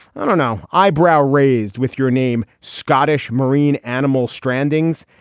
i don't know. eyebrow raised with your name. scottish marine animal strandings.